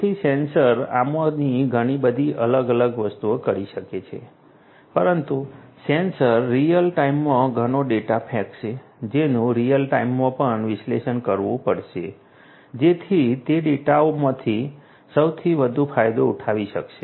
તેથી સેન્સર આમાંની ઘણી બધી અલગ અલગ વસ્તુઓ કરી શકે છે પરંતુ સેન્સર રીઅલ ટાઇમમાં ઘણો ડેટા ફેંકશે જેનું રીઅલ ટાઇમમાં પણ વિશ્લેષણ કરવું પડશે જેથી તે ડેટામાંથી સૌથી વધુ ફાયદો ઉઠાવી શકાય